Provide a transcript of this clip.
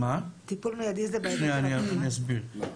אני אסביר.